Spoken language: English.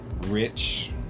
Rich